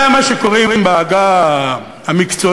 זה מה שקוראים בעגה המקצועית,